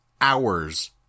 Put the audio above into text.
hours